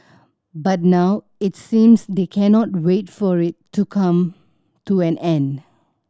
but now it seems they cannot wait for it to come to an end